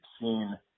seen